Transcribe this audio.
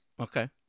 Okay